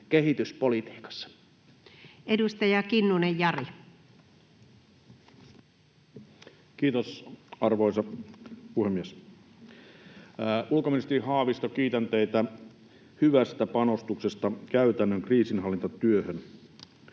hallinnonala Time: 11:44 Content: Kiitos, arvoisa puhemies! Ulkoministeri Haavisto, kiitän teitä hyvästä panostuksesta käytännön kriisinhallintatyöhön.